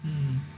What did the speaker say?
hmm